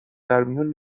درمیون